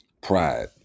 Pride